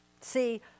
See